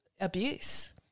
abuse